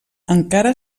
encara